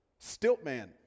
Stiltman